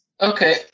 okay